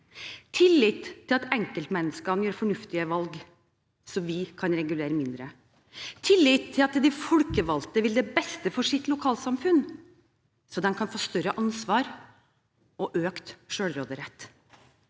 tillit til at enkeltmenneskene gjør fornuftige valg, så vi kan regulere mindre – tillit til at de folkevalgte vil det beste for sitt lokalsamfunn, så de kan få større ansvar og økt selvråderett